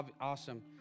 awesome